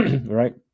right